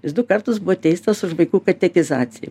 jis du kartus buvo teistas už vaikų katekizaciją